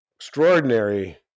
Extraordinary